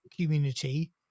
community